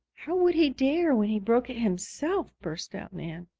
how would he dare, when he broke it himself? burst out nan.